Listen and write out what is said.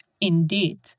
indeed